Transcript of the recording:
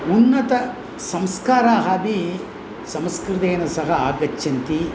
उन्नतसंस्काराः अपि संस्कृतेन सह आगच्छन्ति